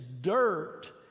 dirt